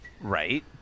Right